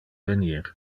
venir